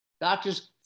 doctors